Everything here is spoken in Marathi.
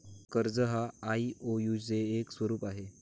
कर्ज हा आई.ओ.यु चे एक स्वरूप आहे